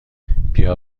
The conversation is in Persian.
بیا